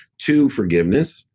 two, forgiveness.